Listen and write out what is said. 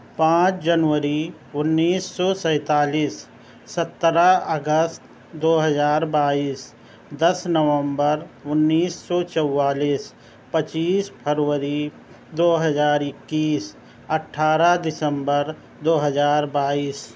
پانچ جنوری اُنیس سو سینتالیس سترہ اگست دو ہزار بائیس دس نومبر اُنیس سو چوالیس پچیس فروری دو ہزار اکیس اٹھارہ دسمبر دو ہزار بائیس